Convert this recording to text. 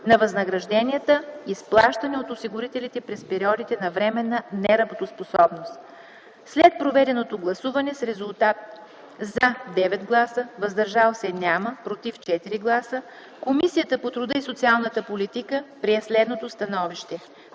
на възнагражденията, изплащани от осигурителите през периодите на временна неработоспособност. След проведено гласуване с резултати „за” – 9 гласа, против” – 4 гласа, „въздържали се” – няма, Комисията по труда и социалната политика прие следното становище: